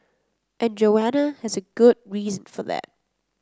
and Joanna has a good reason for that